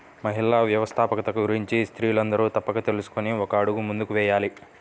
మహిళా వ్యవస్థాపకత గురించి స్త్రీలందరూ తప్పక తెలుసుకొని ఒక అడుగు ముందుకు వేయాలి